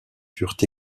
furent